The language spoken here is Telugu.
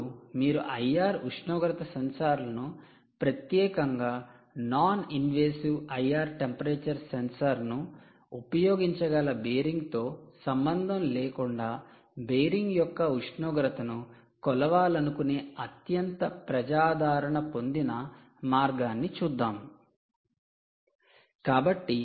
ఇప్పుడు మీరు 'ఐఆర్ ఉష్ణోగ్రత సెన్సార్లను" IR temperature sensor' ప్రత్యేకంగా non invasive 'IR temperature sensor' 'IR temperature sensor' ను ఉపయోగించగల బేరింగ్ తో సంబంధం లేకుండా బేరింగ్ యొక్క ఉష్ణోగ్రతను కొలవాలనుకునే అత్యంత ప్రజాదరణ పొందిన మార్గాన్ని చూద్దాం